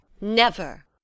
Never